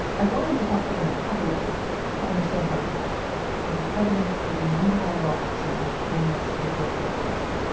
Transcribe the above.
i wanted to talk to owna hathaway to understand how he got here with the president taking unilateral action, bringing us to the brink of war.